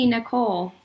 Nicole